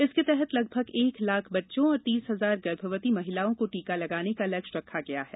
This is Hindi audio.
इसके तहत लगभग एक लाख बच्चों और तीस हजार गर्भवती महिलाओं को टीका लगाने का लक्ष्य रखा गया है